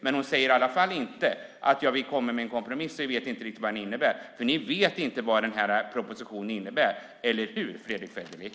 Men hon säger inte att ni kommer med en kompromiss och att ni inte riktigt vet vad den innebär. Ni vet nämligen inte vad den här propositionen innebär, eller hur, Fredrick Federley?